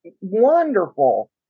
wonderful